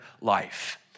life